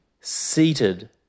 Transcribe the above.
seated